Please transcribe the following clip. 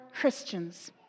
Christians